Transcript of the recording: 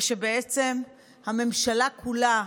ושבעצם הממשלה כולה,